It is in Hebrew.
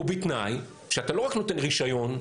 ובתנאי שאתה לא רק נותן רישיון,